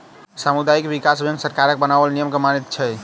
सामुदायिक विकास बैंक सरकारक बनाओल नियम के मानैत छै